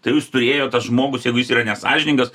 tai jūs turėjo tas žmogus jeigu jis yra nesąžiningas